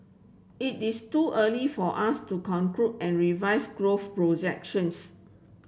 it is too early for us to conclude and revise growth projections